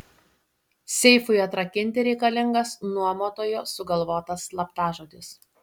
seifui atrakinti reikalingas nuomotojo sugalvotas slaptažodis